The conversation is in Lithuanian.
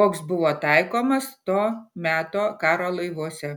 koks buvo taikomas to meto karo laivuose